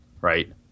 right